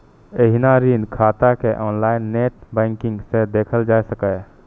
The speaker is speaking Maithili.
एहिना ऋण खाता कें ऑनलाइन नेट बैंकिंग सं देखल जा सकैए